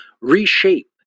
reshape